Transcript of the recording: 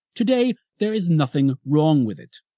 today there is nothing wrong with it.